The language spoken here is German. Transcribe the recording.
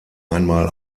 einmal